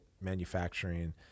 manufacturing